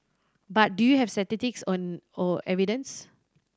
but do you have statistics or evidence